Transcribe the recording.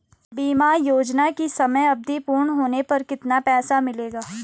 बीमा योजना की समयावधि पूर्ण होने पर कितना पैसा मिलेगा?